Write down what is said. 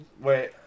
Wait